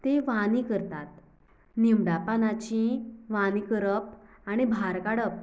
तें वानी करतात निवडां पानांची वानी करप आनी भार काडप